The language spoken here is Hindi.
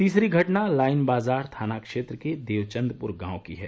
तीसरी घटना लाइन बाजार थाना क्षेत्र के देवचंदपुर गांव की है